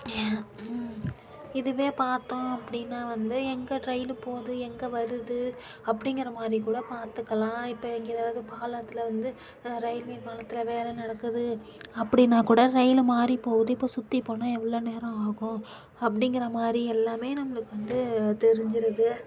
இதுவே பார்த்தோம் அப்படினா வந்து எங்கே டிரைன் போகுது எங்கே வருது அப்படிங்கிற மாதிரி கூட பார்த்துக்கலாம் இப்போ இங்க எதாவது பாலத்தில் வந்து ரயில்வே பாலத்தில் வேலை நடக்குது அப்படினா கூட ரயில் மாதிரி போகுது இப்போ சுற்றி போனால் எவ்வளோ நேரம் ஆகும் அப்படிங்கிற மாதிரியெல்லாமே நம்மளுக்கு வந்து தெரிஞ்சிருது